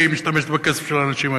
כי היא משתמשת בכסף של האנשים האלה.